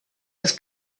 was